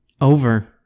Over